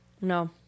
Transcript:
No